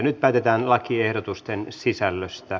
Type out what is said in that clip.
nyt päätetään lakiehdotusten sisällöstä